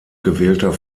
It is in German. gewählter